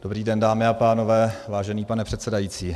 Dobrý den, dámy a pánové, vážený pane předsedající.